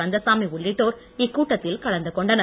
கந்தசாமி உள்ளிட்டோர் இக்கூட்டத்தில் கலந்து கொண்டனர்